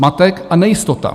Zmatek a nejistota.